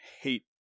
hate